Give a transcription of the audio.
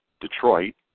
Detroit